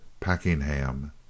packingham